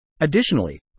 Additionally